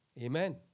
Amen